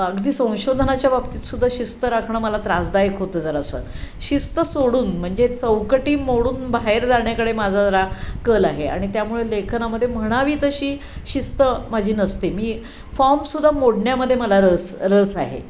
अगदी संशोधनाच्या बाबतीत सुद्धा शिस्त राखणं मला त्रासदायक होतं जरासं शिस्त सोडून म्हणजे चौकटी मोडून बाहेर जाण्याकडे माझा जरा कल आहे आणि त्यामुळे लेखनामध्ये म्हणावी तशी शिस्त माझी नसते मी फॉर्म सुद्धा मोडण्यामध्ये मला रस रस आहे